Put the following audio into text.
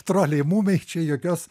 troliai mumiai čia jokios